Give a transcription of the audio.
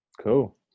Cool